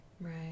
Right